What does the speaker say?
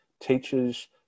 teachers